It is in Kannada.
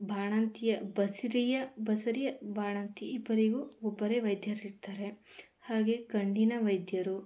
ಬಾಣಂತಿಯ ಬಸುರಿಯ ಬಸುರಿ ಬಾಣಂತಿ ಇಬ್ಬರಿಗೂ ಒಬ್ಬರೇ ವೈದ್ಯರಿರ್ತಾರೆ ಹಾಗೇ ಕಣ್ಣಿನ ವೈದ್ಯರು